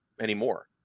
anymore